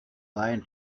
line